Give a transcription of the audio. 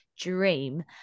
dream